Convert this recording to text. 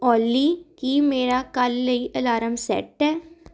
ਓਲੀ ਕੀ ਮੇਰਾ ਕੱਲ੍ਹ ਲਈ ਅਲਾਰਮ ਸੈੱਟ ਹੈ